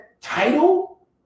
title